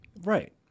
Right